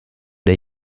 der